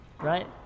right